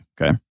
Okay